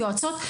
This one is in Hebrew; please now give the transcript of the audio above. יועצות,